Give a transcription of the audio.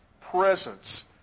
presence